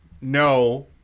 no